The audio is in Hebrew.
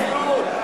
בעניין ירושלים,